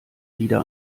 wieder